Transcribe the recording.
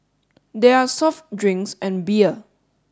there are soft drinks and beer